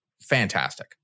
fantastic